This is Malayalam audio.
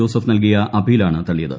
ജോസഫ് നൽകിയ അപ്പീലാണ് തള്ളിയത്